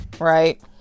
right